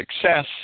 success